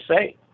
say